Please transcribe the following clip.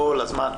כל הזמן,